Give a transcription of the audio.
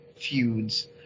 feuds